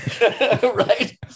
right